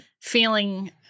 feeling